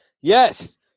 Yes